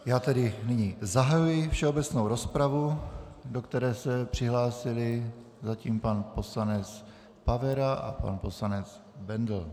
Já tedy nyní zahajuji všeobecnou rozpravu, do které se přihlásil zatím pan poslanec Pavera a pan poslanec Bendl.